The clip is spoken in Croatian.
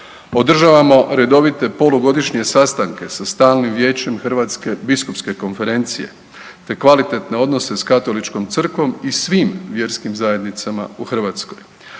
Održavamo redovite polugodišnje sastanke sa Stalnim vijećem Hrvatske biskupske konferencije te kvalitetne odnose s Katoličkom crkvom i svim vjerskim zajednicama u Hrvatskoj.